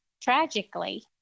Tragically